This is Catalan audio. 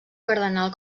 cardenal